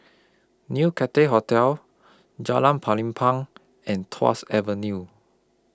New Cathay Hotel Jalan Pelepah and Tuas Avenue